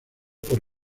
por